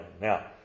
Now